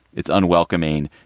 it's unwelcoming.